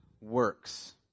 works